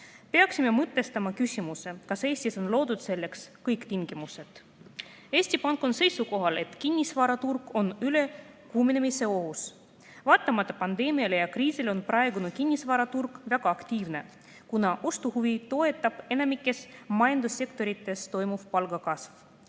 Peaksime mõtestama küsimuse, kas Eestis on loodud selleks kõik tingimused. Eesti Pank on seisukohal, et kinnisvaraturg on ülekuumenemise ohus. Vaatamata pandeemiale ja kriisile on praegune kinnisvaraturg väga aktiivne, kuna ostuhuvi toetab enamikus majandussektorites toimuv palgakasv.